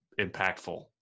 impactful